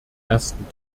ersten